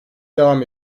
devam